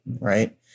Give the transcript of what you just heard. right